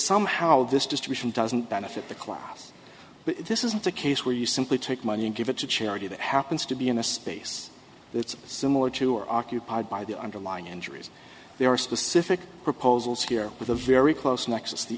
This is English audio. somehow this distribution doesn't benefit the class but this isn't a case where you simply take money and give it to charity that happens to be in a space that's similar to or occupied by the underlying injuries there are specific proposals here with a very close